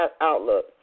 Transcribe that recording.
outlook